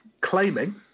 claiming